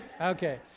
okay